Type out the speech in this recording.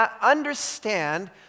understand